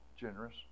generous